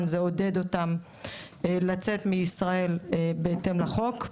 זה עודד אותם לצאת מישראל בהתאם לחוק.